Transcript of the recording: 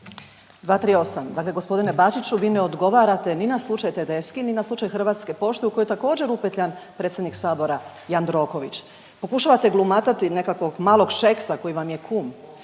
238. Dakle, gospodine Bačiću vi ne odgovarate ni na slučaj Tedeschi ni na slučaj Hrvatske pošte u koju je također upetljan predsjednik sabora Jandroković. Pokušavate glumatati nekakvog malog Šeksa koji vam je kum.